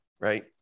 right